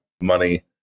money